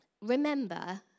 Remember